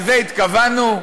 לזה התכוונו?